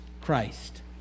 Christ